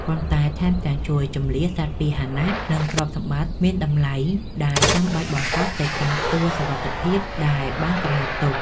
ប៉ុន្តែថែមទាំងជួយជម្លៀសសត្វពាហនៈ និងទ្រព្យសម្បត្តិមានតម្លៃដែលចាំបាច់បំផុតទៅកាន់ទួលសុវត្ថិភាពដែលបានកំណត់ទុក។